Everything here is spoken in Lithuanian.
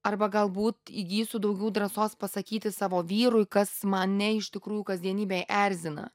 arba galbūt įgysiu daugiau drąsos pasakyti savo vyrui kas mane iš tikrųjų kasdienybėj erzina